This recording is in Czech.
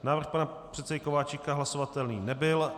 Návrh pana předsedy Kováčika hlasovatelný nebyl.